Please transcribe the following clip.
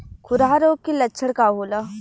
खुरहा रोग के लक्षण का होला?